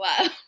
Wow